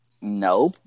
Nope